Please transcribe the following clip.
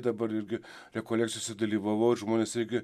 dabar irgi rekolekcijose dalyvavau ir žmonės irgi